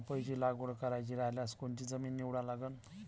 पपईची लागवड करायची रायल्यास कोनची जमीन निवडा लागन?